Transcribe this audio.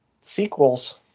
sequels